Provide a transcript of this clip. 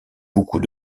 beaucoup